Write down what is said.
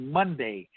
Monday